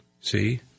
see